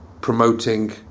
promoting